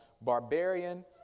barbarian